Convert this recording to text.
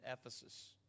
Ephesus